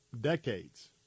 decades